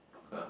!huh!